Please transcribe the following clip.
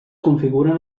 configuren